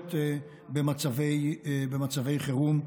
בתקשורת במצבי חירום.